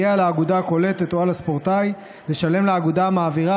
יהיה על האגודה הקולטת או על הספורטאי לשלם לאגודה המעבירה